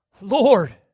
Lord